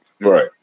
Right